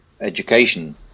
education